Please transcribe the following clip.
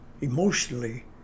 emotionally